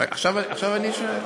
עכשיו אני משיב.